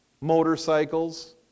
Motorcycles